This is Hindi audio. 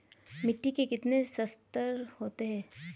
मिट्टी के कितने संस्तर होते हैं?